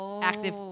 active